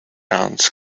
runs